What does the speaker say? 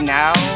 now